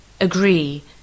agree